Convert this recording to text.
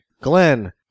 Glenn